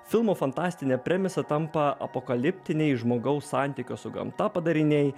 filmo fantastine premisa tampa apokaliptiniai žmogaus santykio su gamta padariniai